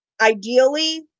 ideally